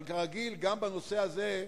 אבל כרגיל, גם בנושא הזה,